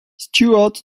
stuart